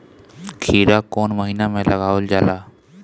खीरा कौन महीना में लगावल जाला?